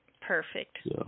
Perfect